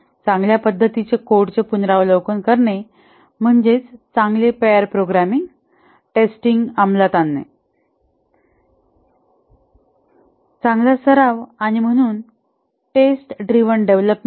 चांगल्या पद्धती कोडचे पुनरावलोकन करणे म्हणजेच चांगली पेयर प्रोग्रामिंग टेस्टिंग अंमलात आणणे चांगला सराव आणि म्हणून टेस्ट ड्रिव्हन डेव्हलपमेंट